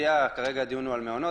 כרגע הדיון הוא על המעונות,